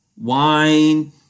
Wine